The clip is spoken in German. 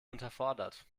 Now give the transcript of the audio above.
unterfordert